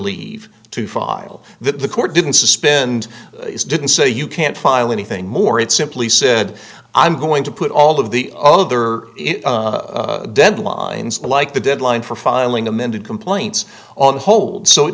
leave to file that the court didn't suspend its didn't say you can't file anything more it simply said i'm going to put all of the other deadlines like the deadline for filing amended complaints on hold so it